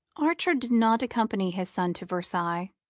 archer did not accompany his son to versailles.